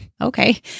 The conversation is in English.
okay